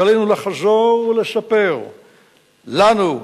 שעלינו לחזור ולספר לנו,